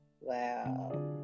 Wow